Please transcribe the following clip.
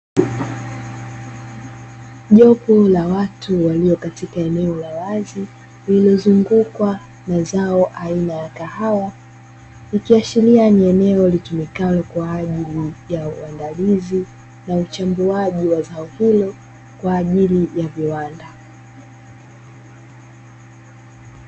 Jopo la watu walio katika eneo la wazi lililozungukwa na zao aina ya kahawa, ikiashiria ni eneo litumikalo kwa ajili ya uandalizi na uchambuaji wa zao hilo kwa ajili ya viwanda.